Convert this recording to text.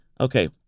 okay